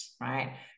right